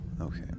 Okay